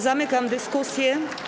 Zamykam dyskusję.